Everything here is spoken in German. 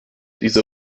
diese